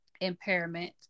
impairment